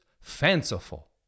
fanciful